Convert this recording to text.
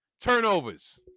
turnovers